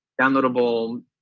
downloadable